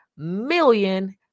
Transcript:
million